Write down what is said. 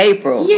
April